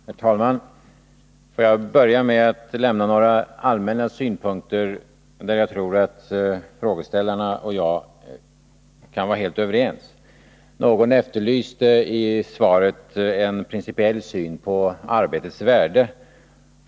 Herr talman! Får jag börja med att lämna några allmänna synpunkter, om vilka jag tror att frågeställarna och jag kan vara helt överens. Någon efterlyste i svaret en principiell syn på arbetets värde.